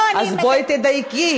לא, אז בואי תדייקי.